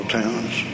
towns